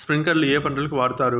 స్ప్రింక్లర్లు ఏ పంటలకు వాడుతారు?